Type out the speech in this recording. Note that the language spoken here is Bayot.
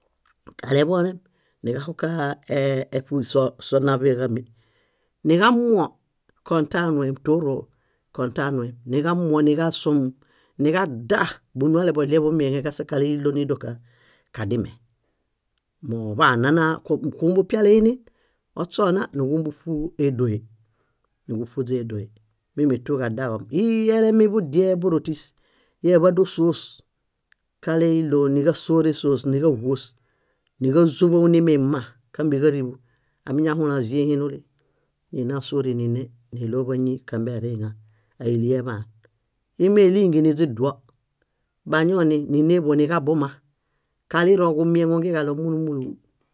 . Kalebolem, níġaxukaaeṗuy so- sónaḃeġami. Niġamuo, kõtanuem, tóro kõtanuem, niġamuo niġasum, niġadda búnuale bolie buñieŋe kásakaleulo nídokaa kadime. Móo oḃana kumbupiale inin ośona níġumbuṗu édoe, níġuṗuźe édoe. Mímitu ġaddaġom. Íi elemibudie bórotis eḃado sóos. Káleulo níġasooresóos níġahuos, níġazuḃou nimimma kámbeġariḃu. Amiñahũlõ áĵee hinuli, nina sóorinine niɭo báñi kámbe eriiŋa, áalieḃaan. Ímelinge niźiduo, bañuo niġabuma. Kalirõ ġumieŋungeġaɭo múlu múlu